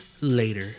Later